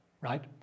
right